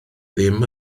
ddim